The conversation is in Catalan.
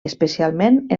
especialment